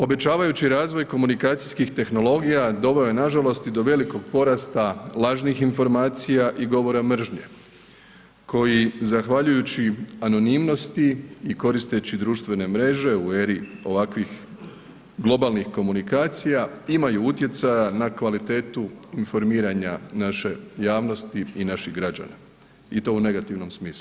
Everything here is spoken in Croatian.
Obećavajući razvoj komunikacijskih tehnologija, doveo je nažalost i do velikog porasta lažnih informacija i govora mržnje koji zahvaljujući anonimnosti i koristeći društvene mreže u eri ovakvih globalnih komunikacija, imaju utjecaja na kvalitetu informiranja naše javnosti i naših građana i to u negativnom smislu.